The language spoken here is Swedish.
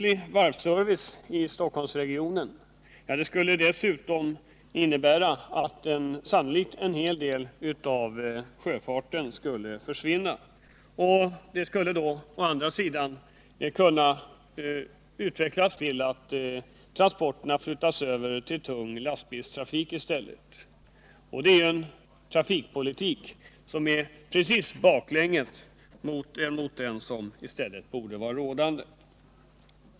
Frånvaron av varvsservice i Stockholmsregionen skulle dessutom sannolikt innebära att en hel del av sjöfarten skulle försvinna. Det skulle i sin tur kunna leda till att transporterna i stället flyttades över till tung lastbilstrafik, och det är en trafikpolitik som går i rakt motsatt riktning mot vad som är önskvärt.